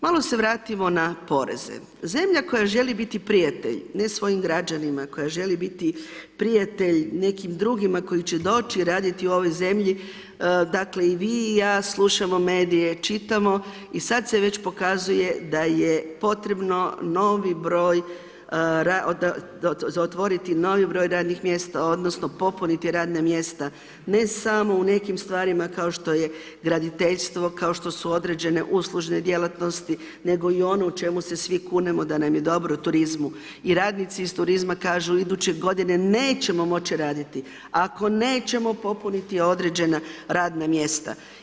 Malo se vratimo na poreze, zemlja koja želi biti prijatelj, ne svojim građanima, koja želi biti prijatelj nekim drugima koji će doći raditi u ovoj zemlji, dakle i vi i ja slušamo medije, čitamo i sad se već pokazuje da je potrebno novi broj, za otvoriti novi broj radnih mjesta, odnosno popuniti radna mjesta ne samo u nekim stvarima kao što je graditeljstvo, kao što su određene uslužne djelatnosti, nego i ono čemu se svi kunemo da nam je dobro, turizmu i radnici iz turizma kažu iduće godine nećemo moći raditi ako nećemo popuniti određena radna mjesta.